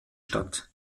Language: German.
statt